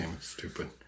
stupid